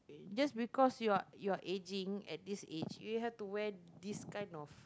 just because you are you are aging at this age you have to wear this kind of